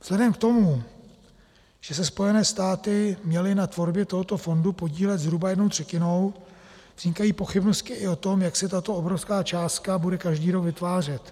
Vzhledem k tomu, že se Spojené státy měly na tvorbě tohoto fondu podílet zhruba jednou třetinou, vznikají pochybnosti i o tom, jak se tato obrovská částka bude každý rok vytvářet.